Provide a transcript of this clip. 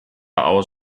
aus